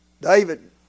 David